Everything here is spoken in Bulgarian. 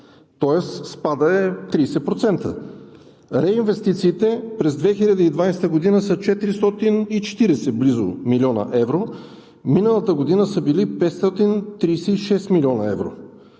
тоест спадът е 30%. Реинвестициите през 2020 г. са близо 440 млн. евро, а миналата година са били 536 млн. евро.